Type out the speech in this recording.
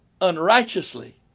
unrighteously